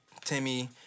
Timmy